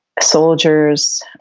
soldiers